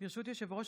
שעה 16:00 תוכן